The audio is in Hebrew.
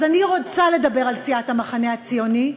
אז אני רוצה לדבר על סיעת המחנה הציוני,